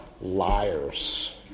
liars